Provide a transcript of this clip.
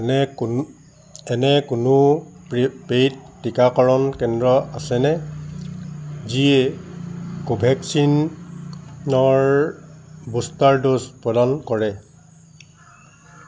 এনে কোনো এনে কোনো পেইড টীকাকৰণ কেন্দ্ৰ আছেনে যিয়ে কোভেক্সিনৰ বুষ্টাৰ ড'জ প্ৰদান কৰে